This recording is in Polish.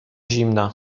zimna